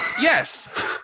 Yes